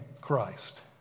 Christ